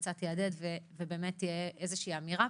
קצת יהדהד ותהיה אמירה.